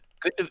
good